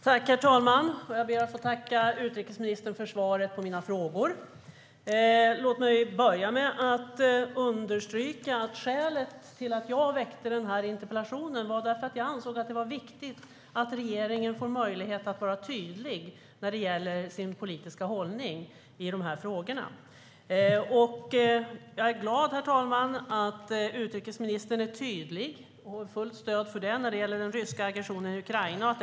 Herr talman! Jag ber att få tacka utrikesministern för svaret på mina frågor. Låt mig börja med att understryka skälet till att jag väckte interpellationen, nämligen att jag anser att det är viktigt att regeringen får möjlighet att vara tydlig med sin politiska hållning i de här frågorna. Jag är glad att utrikesministern är tydlig när det gäller den ryska aggressionen mot Ukraina, herr talman. Jag ger fullt stöd för det.